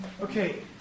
Okay